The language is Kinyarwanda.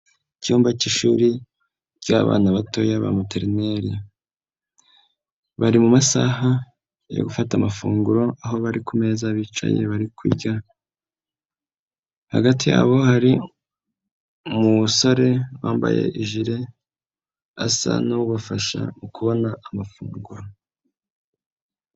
Icyumba k'ishuri, ry'abana batoya ba materineri. Bari mu masaha, yo gufata amafunguro aho bari ku meza bicaye bari kurya. Hagati yabo hari umusore wambaye ijire, asa n'ubafasha mu kubona amafunguro.